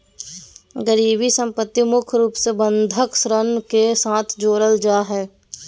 गिरबी सम्पत्ति मुख्य रूप से बंधक ऋण के साथ जोडल जा हय